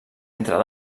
entre